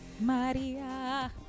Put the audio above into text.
Maria